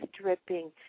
dripping